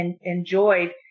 enjoyed